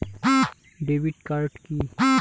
Debit card key?